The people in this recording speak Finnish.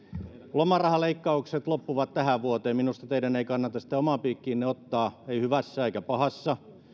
lomarahaleikkaukset loppuvat tähän vuoteen minusta teidän ei kannata sitä omaan piikkinne ottaa ei hyvässä eikä pahassa